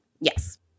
yes